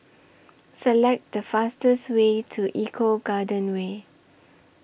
Select The fastest Way to Eco Garden Way